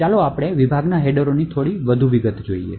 ચાલો આપણે વિભાગના હેડરોની થોડી વધુ વિગત જોઈએ